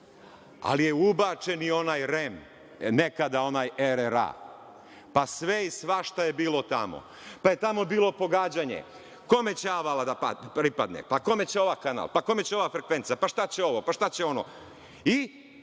ali je ubačen i onaj REM, nekada onaj RRA, pa sve i svašta je bilo tamo. Tamo je bilo pogađanje, kome će Avala da pripadne, pa kome će ovaj kanal, kome će ova frekvencija, šta će ovo, šta će ono? I,